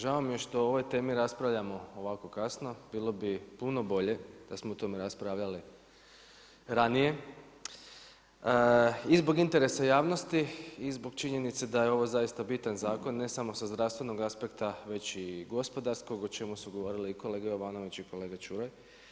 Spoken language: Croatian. Žao mi je što o ovoj temi raspravljamo ovako kasno, bilo bi puno bolje da smo o tome raspravljali ranije i zbog interesa javnosti i zbog činjenice da je ovo zaista bitan zakon ne samo sa zdravstvenog aspekta već i gospodarskog o čemu su govorili i kolega Jovanović i kolega Ćuraj.